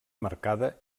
marcada